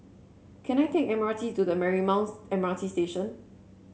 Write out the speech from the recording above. can I take M R T to the Marymount M R T Station